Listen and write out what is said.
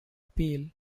peel